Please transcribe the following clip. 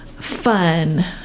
fun